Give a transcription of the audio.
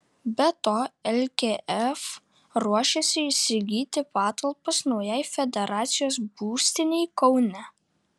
be to lkf ruošiasi įsigyti patalpas naujai federacijos būstinei kaune